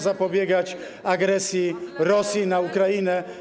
zapobiegać agresji Rosji na Ukrainę.